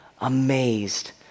amazed